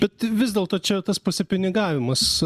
bet vis dėlto čia tas pasipinigavimas